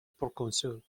proconsul